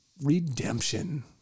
Redemption